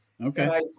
Okay